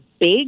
big